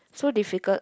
so difficult